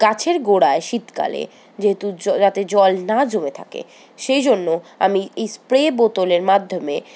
গাছের গোঁড়ায় শীতকালে যেহেতু যাতে জল না জমে থাকে সেইজন্য আমি ইস্প্রে বোতলের মাধ্যমে